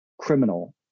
criminal